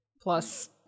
plus